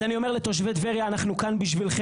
אז אני אומר לתושבי טבריה, אנחנו כאן בשבילכם.